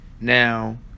Now